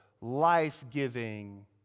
life-giving